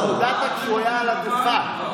הודעת כשהוא היה על הדוכן.